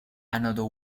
another